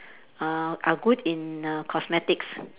uh are good in cosmetics